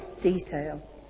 detail